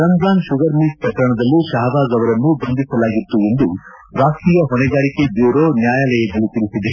Ramzan sugar mill ಪ್ರಕರಣದಲ್ಲೂ ಶಹಬಾಜ್ ಅವರನ್ನು ಬಂಧಿಸಲಾಗಿತ್ತು ಎಂದು ರಾಷ್ಷೀಯ ಹೊಣೆಗಾರಿಕೆ ಬ್ಲೂರೋ ನ್ಯಾಯಾಲಯದಲ್ಲಿ ತಿಳಿಸಿದೆ